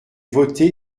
voté